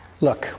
look